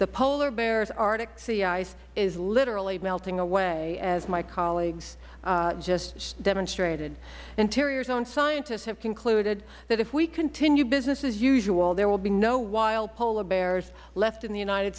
the polar bear's arctic sea ice is literally melting away as my colleagues just demonstrated interior's own scientists have concluded that if we continue business as usual there will be no wild polar bears left in the united